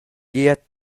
gliet